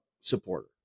supporter